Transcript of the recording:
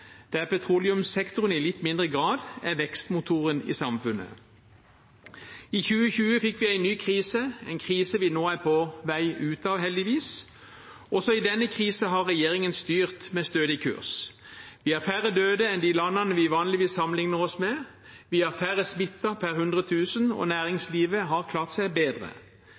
petroleumssektoren i litt mindre grad er vekstmotoren i samfunnet. I 2020 fikk vi en ny krise, en krise vi nå heldigvis er på vei ut av. Også i denne krisen har regjeringen styrt med stødig kurs. Vi har færre døde enn landene vi vanligvis sammenligner oss med. Vi har færre smittede per 100 000, og næringslivet har klart seg bedre.